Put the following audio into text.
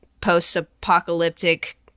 post-apocalyptic